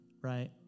right